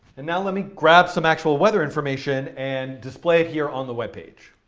and now let me grab some actual weather information and display it here on the web page.